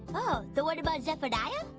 ah the one about zephaniah?